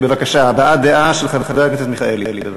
הבעת דעה של חבר הכנסת מיכאלי.